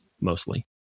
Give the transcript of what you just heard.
mostly